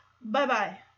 bye-bye